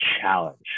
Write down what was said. challenge